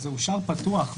זה אושר פתוח.